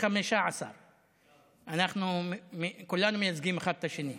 15. אנחנו כולנו מייצגים אחד את השני.